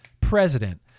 president